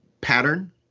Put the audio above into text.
pattern